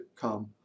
come